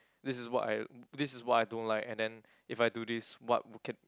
this is what I this is what I don't like and then if I do this what can